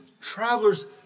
travelers